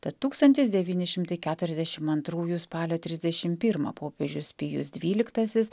tad tūkstantis devyni šimtai keturiasdešim antrųjų spalio trisdešim pirmą popiežius pijus dvyliktasis